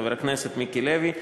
חבר הכנסת מיקי לוי,